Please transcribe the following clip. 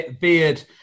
beard